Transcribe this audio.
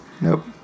Nope